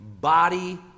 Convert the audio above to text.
body